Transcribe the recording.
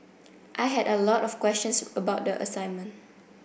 I had a lot of questions about the assignment